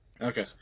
Okay